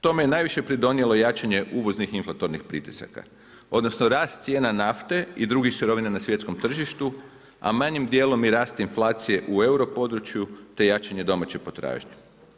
Tome je najviše pridonijelo jačanje uvoznih inflatornih pritisaka odnosno rast cijena nafte i drugih sirovina na svjetskom tržištu a manjim djelom i rast inflacije u euro području te jačanje domače potražnje.